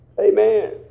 Amen